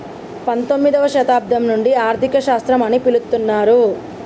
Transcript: పంతొమ్మిదవ శతాబ్దం నుండి ఆర్థిక శాస్త్రం అని పిలుత్తున్నరు